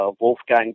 Wolfgang